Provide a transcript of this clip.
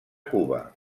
cuba